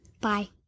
Bye